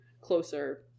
closer